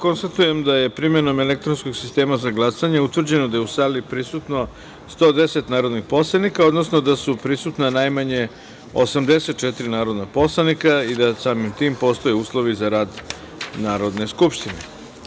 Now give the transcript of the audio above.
jedinice. Konstatujem da je primenom elektronskog sistema za glasanje utvrđeno da je u sali prisutno 110 narodnih poslanika, odnosno da su prisutna najmanje 84 narodna poslanika i da samim tim postoje uslovi za rad Narodne